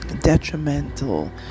detrimental